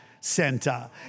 center